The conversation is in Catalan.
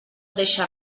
deixa